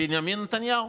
בנימין נתניהו.